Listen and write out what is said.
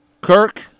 Kirk